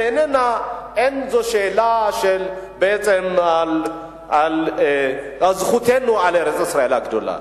ואין זו שאלה של בעצם זכותנו על ארץ-ישראל הגדולה.